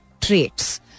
traits